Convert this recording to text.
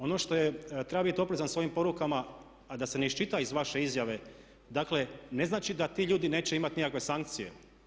Ono što treba biti oprezan s ovim porukama a da se ne iščita iz vaše izjave dakle ne znači da ti ljudi neće imati nikakve sankcije.